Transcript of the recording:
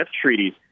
treaties